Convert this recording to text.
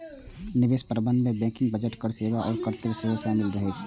निवेश प्रबंधन मे बैंकिंग, बजट, कर सेवा आ कर्तव्य सेहो शामिल रहे छै